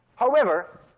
however,